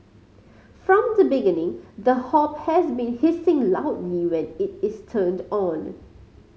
from the beginning the hob has been hissing loudly when it is turned on